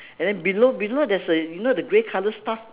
and then below below there's a you know the grey colour stuff